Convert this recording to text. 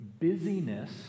Busyness